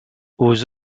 aux